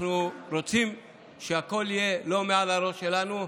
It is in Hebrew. אנחנו רוצים שהכול לא יהיה מעל הראש שלנו.